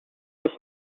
was